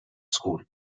school